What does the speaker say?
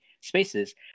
spaces